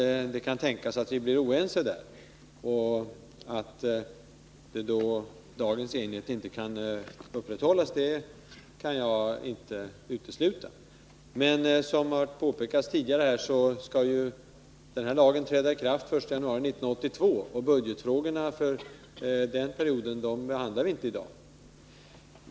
Det kan tänkas att vi blir oense, att dagens enighet inte kan upprätthållas. Som tidigare har påpekats skall den nya lagen träda i kraft den 1 januari 1982, och budgetfrågorna för den perioden behandlar vi inte i dag.